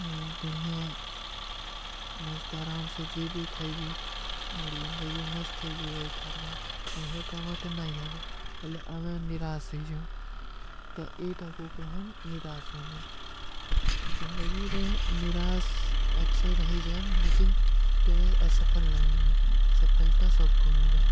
ମୁଝେ ବଢିଯା, ମସ୍ତ ଅରାମ ସେ ଜୀଵୀ ଖାଈବୀ, ମୋର ଜିନଦଗୀ ମସ୍ତ ହୈ ଜୀଵା ଇତ୍ଥାର ବାତ। ଅଗର କାମଟା ନହୀଂ ହୋଗା, ହଲେ ଆମେଂ ନିରାସ ହୈ ଜୀଵା, ତେ ଏଟା କୋ କହାନ ନିରାସ ହୋନା। ଜିନଦଗୀ ରହେ ନିରାସ ଅକ୍ଶଵ ରହୀ ଜାନ, ଲେକିନ କ୍ଯୋଂକି ଅସଫଲ ନହୀଂ ହୋଗା। ସଫଲତା ସବକୋ ମିଲ ରହା ହୈ।